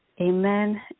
Amen